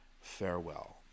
Farewell